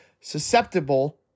susceptible